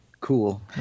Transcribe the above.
Cool